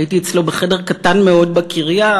הייתי אצלו בחדר קטן מאוד בקריה,